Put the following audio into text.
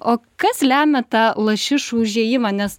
o kas lemia tą lašišų užėjimą nes